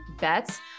bets